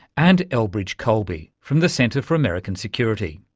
and elbridge colby from the center for american security.